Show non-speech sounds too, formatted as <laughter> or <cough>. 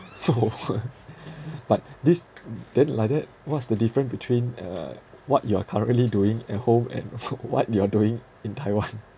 <noise> <laughs> but this then like that what's the different between uh what you are currently doing at home and <laughs> what you are doing in taiwan <laughs>